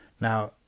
Now